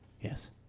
Yes